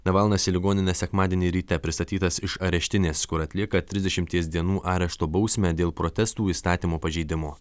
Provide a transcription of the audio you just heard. navalnas į ligoninę sekmadienį ryte pristatytas iš areštinės kur atlieka trisdešimties dienų arešto bausmę dėl protestų įstatymo pažeidimo